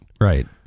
Right